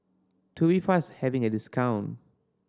Tubifast having a discount